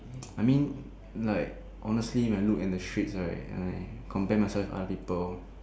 I mean like honestly when I look in the streets right and I compare myself with other people